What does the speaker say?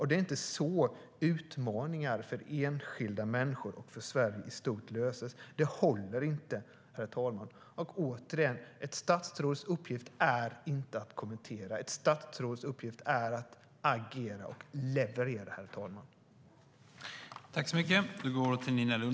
Det är inte så utmaningar för enskilda människor och för Sverige i stort löses. Det håller inte.